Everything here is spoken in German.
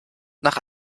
nach